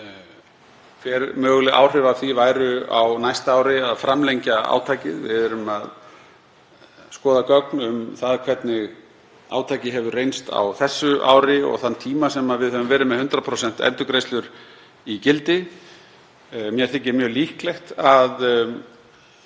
greina hver möguleg áhrif af því væru á næsta ári að framlengja átakið, skoða gögn um það hvernig átakið hefur reynst á þessu ári og þann tíma sem við höfum verið með 100% endurgreiðslur í gildi. Mér þykir mjög líklegt að